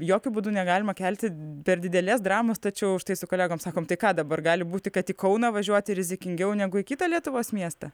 jokiu būdu negalima kelti per didelės dramos tačiau štai su kolegom sakom tai ką dabar gali būti kad į kauną važiuoti rizikingiau negu į kitą lietuvos miestą